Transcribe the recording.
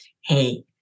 hey